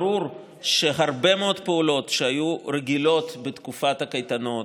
ברור שהרבה מאוד פעולות שהיו רגילות בתקופת הקייטנות,